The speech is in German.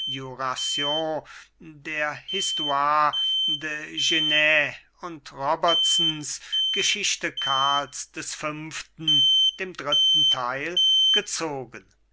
der histoire de gnes und robertsons geschichte karls v dem dritten teil gezogen